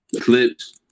clips